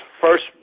first